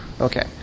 Okay